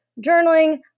journaling